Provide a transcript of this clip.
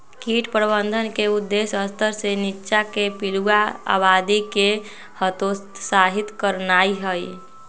कीट प्रबंधन के उद्देश्य स्तर से नीच्चाके पिलुआके आबादी के हतोत्साहित करनाइ हइ